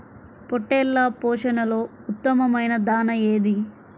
పొట్టెళ్ల పోషణలో ఉత్తమమైన దాణా ఏది?